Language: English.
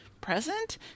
present